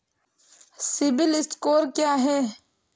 CIBIL score क्या है?